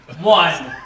One